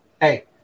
hey